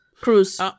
Cruz